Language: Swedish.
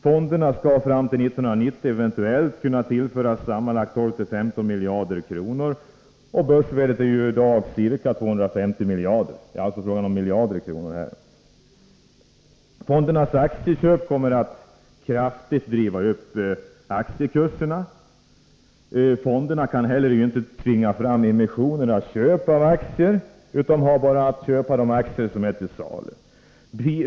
Fonderna skall fram till 1990 eventuellt kunna tillföras sammanlagt 12-15 miljarder kronor — börsvärdet är i dag ca 250 miljarder kronor. Fondernas aktieköp kommer att kraftigt driva upp aktiekurserna. Fonderna kan inte heller tvinga fram emission för köp av aktier, utan har att köpa de aktier som är till salu.